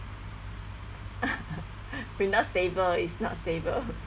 we not stable it's not stable